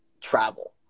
travel